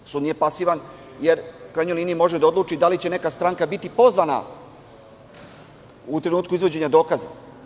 Sud nije pasivan jer, u krajnjoj liniji, može da odluči da li će neka stranka biti pozvana u trenutku izvođenja dokaza.